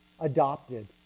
adopted